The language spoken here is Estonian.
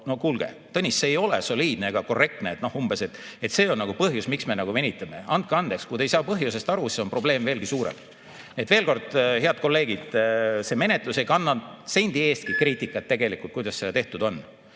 No kuulge! Tõnis, see ei ole soliidne ega korrektne, umbes, et see on põhjus, miks me venitame. Andke andeks! Kui te ei saa põhjusest aru, siis on probleem veelgi suurem. Nii et veel kord: head kolleegid, see menetlus ei kannata sendi eestki kriitikat tegelikult, kuidas seda tehtud on.